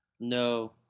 No